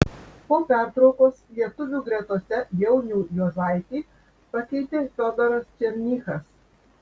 po pertraukos lietuvių gretose jaunių juozaitį pakeitė fiodoras černychas